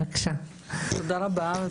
בבקשה תודה רבה.